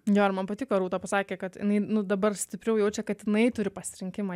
jo ir man patiko rūta pasakė kad jinai nu dabar stipriau jaučia kad jinai turi pasirinkimą